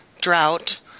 drought